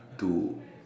to